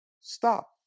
stop